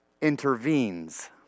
intervenes